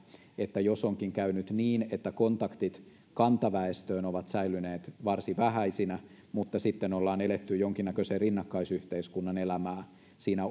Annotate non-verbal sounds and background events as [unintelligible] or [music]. eli jos onkin käynyt niin että kontaktit kantaväestöön ovat säilyneet varsin vähäisinä mutta sitten ollaan eletty jonkinnäköisen rinnakkaisyhteiskunnan elämää siinä [unintelligible]